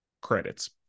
credits